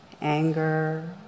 Anger